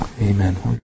Amen